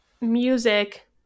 music